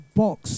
box